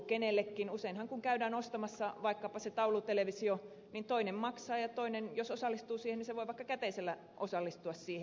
useinhan kun käydään ostamassa vaikkapa se taulutelevisio niin toinen maksaa ja toinen jos osallistuu siihen voi vaikka käteisellä osallistua siihen